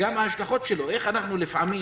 וגם ההשלכות שלנו איך אנחנו לפעמים